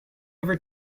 ever